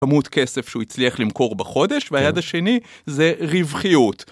כמות כסף שהוא הצליח למכור בחודש והיד השני זה רווחיות.